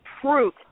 Proof